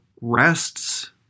rests